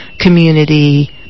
community